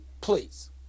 please